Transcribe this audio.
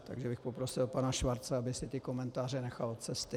Takže bych poprosil pana Schwarze, aby si ty komentáře nechal od cesty.